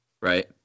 Right